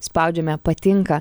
spaudžiame patinka